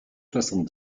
soixante